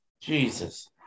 Jesus